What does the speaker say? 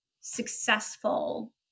successful